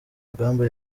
rugamba